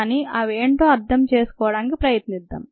కానీ అవి ఏంటో అర్థం చేసుకోవడానికి ప్రయత్నిద్దాం